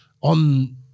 on –